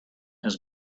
his